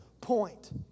point